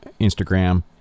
instagram